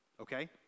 Okay